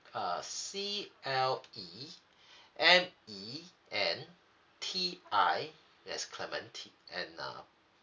uh C L E M E N T I that's clementi and uh